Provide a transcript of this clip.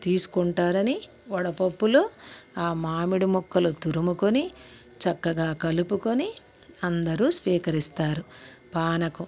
తీసుకుంటారని వడపప్పులు ఆ మామిడి ముక్కలు తురుముకొని చక్కగా కలుపుకొని అందరూ స్వీకరిస్తారు పానకం